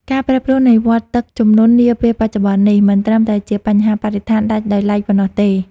ការប្រែប្រួលនៃវដ្តទឹកជំនន់នាពេលបច្ចុប្បន្ននេះ មិនត្រឹមតែជាបញ្ហាបរិស្ថានដាច់ដោយឡែកប៉ុណ្ណោះទេ។